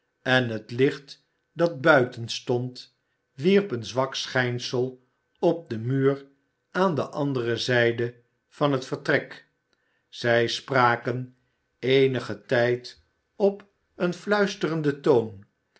en het licht dat buiten stond wierp een zwak schijnsel op den muur aan de andere zijde van het vertrek zij spraken eenigen tijd op een fluisterenden toon